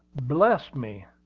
bless me!